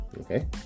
Okay